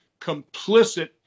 complicit